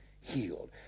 healed